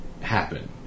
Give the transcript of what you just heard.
happen